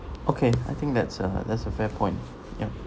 okay I think that's a that's a fair point yup